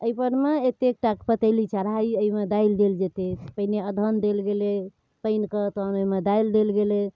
एहिपरमे एतेटाके पतेली चढ़ाही एहिमे दालि देल जेतै पहिने अदहन देल गेलै पानिके तहन ओहिमे दालि देल गेलै